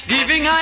Giving